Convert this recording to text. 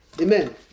Amen